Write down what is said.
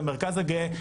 המרכז הגאה.